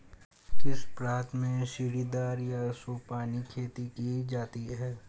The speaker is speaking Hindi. किस प्रांत में सीढ़ीदार या सोपानी खेती की जाती है?